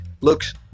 looks